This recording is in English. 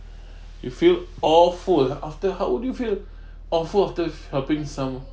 you feel awful after how would you feel awful after helping some